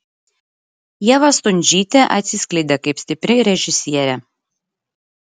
ieva stundžytė atsiskleidė kaip stipri režisierė